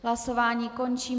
Hlasování končím.